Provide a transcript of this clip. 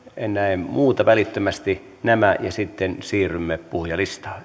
en näe muuta tarvetta välittömästi kuin nämä ja sitten siirrymme puhujalistaan